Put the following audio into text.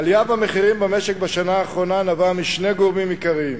העלייה במחירים במשק בשנה האחרונה נבעה משני גורמים עיקריים.